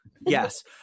Yes